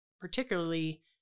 particularly